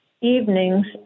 evenings